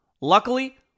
Luckily